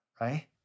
right